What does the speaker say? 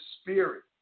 spirit